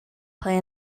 play